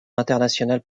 internationale